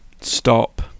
Stop